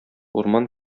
урман